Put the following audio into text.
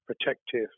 protective